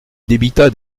débita